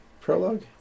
prologue